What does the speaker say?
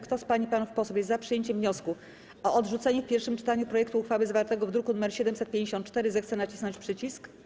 Kto z pań i panów posłów jest za przyjęciem wniosku o odrzucenie w pierwszym czytaniu projektu uchwały zawartego druku nr 754, zechce nacisnąć przycisk.